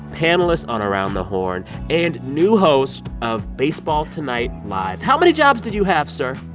panelist on around the horn and new host of baseball tonight live. how many jobs do you have, sir?